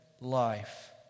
life